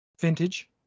vintage